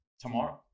Tomorrow